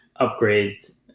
upgrades